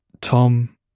Tom